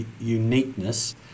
Uniqueness